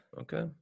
okay